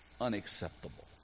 unacceptable